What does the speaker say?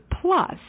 Plus